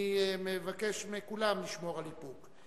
אני מבקש מכולם לשמור על איפוק.